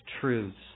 truths